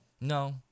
No